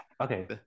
okay